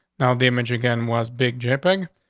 now the image again was big jipping.